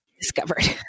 discovered